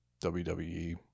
WWE